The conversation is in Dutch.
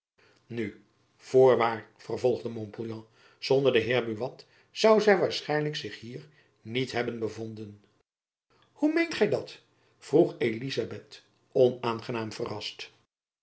nu voorwaar vervolgde montpouillan zonder den heer buat zoû zy waarschijnlijk zich hier niet hebben bevonden hoe meent gy dat vroeg elizabeth onaangenaam verrast